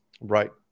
Right